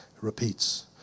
repeats